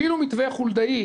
אפילו מתווה חולדאי,